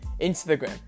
Instagram